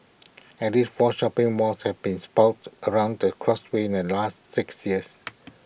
at least four shopping malls have been sprouted across the causeway in the last six years